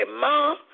Mom